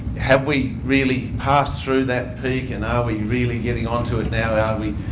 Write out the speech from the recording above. have we really passed through that peak and are we really getting onto it now? are we